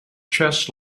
chess